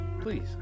please